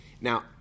Now